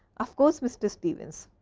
of course, mr. stevens,